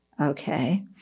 okay